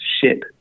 ship